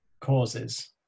causes